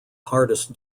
hardest